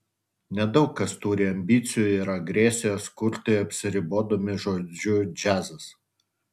nedaug kas turi ambicijų ir agresijos kurti apsiribodami žodžiu džiazas